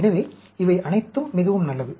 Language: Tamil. எனவே இவை அனைத்தும் மிகவும் நல்லது